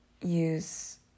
use